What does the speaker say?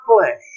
flesh